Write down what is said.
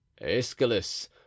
Aeschylus